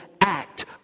act